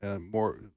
more